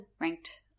ranked